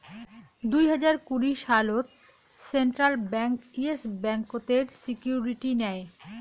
দুই হাজার কুড়ি সালত সেন্ট্রাল ব্যাঙ্ক ইয়েস ব্যাংকতের সিকিউরিটি নেয়